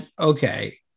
Okay